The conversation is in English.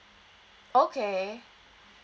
okay